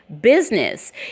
business